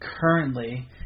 currently